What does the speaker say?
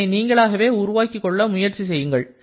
இதனை நீங்களாகவே உருவாக்கிக் கொள்ள முயற்சி செய்யுங்கள்